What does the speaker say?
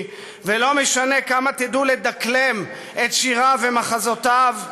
ולא משנה כמה תדעו לדקלם את שיריו ואת מחזותיו,